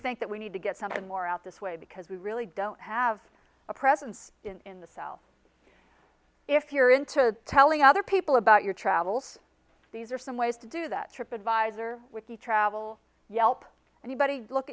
think that we need to get something more out this way because we really don't have a presence in the cell if you're into telling other people about your travels these are some ways to do that trip advisor with the travel yelp anybody look